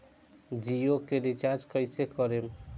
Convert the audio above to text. जियो के रीचार्ज कैसे करेम?